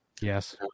Yes